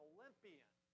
Olympian